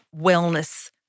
wellness